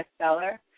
bestseller